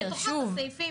ובתוכה את הסעיפים.